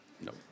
no